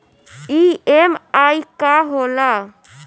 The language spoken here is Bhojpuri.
ई.एम.आई का होला?